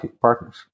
partners